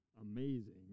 amazing